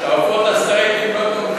שהעופות הסטרייטים לא תומכים.